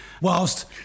whilst